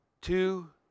two